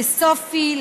לסופי,